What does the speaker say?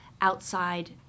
outside